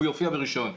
הוא יופיע ברישיון.